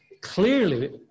clearly